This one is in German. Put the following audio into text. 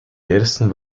ersten